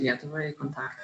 lietuvai kontaktą